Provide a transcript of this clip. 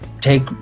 take